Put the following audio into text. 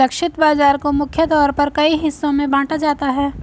लक्षित बाजार को मुख्य तौर पर कई हिस्सों में बांटा जाता है